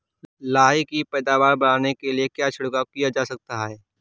लाही की पैदावार बढ़ाने के लिए क्या छिड़काव किया जा सकता है?